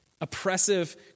Oppressive